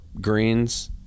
greens